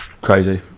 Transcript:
crazy